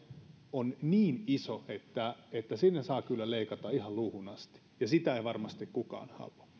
on niin iso että siinä saa kyllä leikata ihan luuhun asti ja sitä ei varmasti kukaan halua